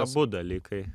abu dalykai